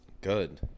good